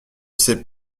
sais